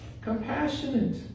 Compassionate